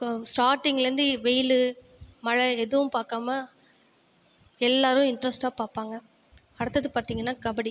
ஸ்டார்ட்டிங்கிலேருந்து வெயில் மழை எதுவும் பார்க்காம எல்லோரும் இன்ட்ரெஸ்ட்டாக பார்ப்பாங்க அடுத்தது பார்த்தீங்கன்னா கபடி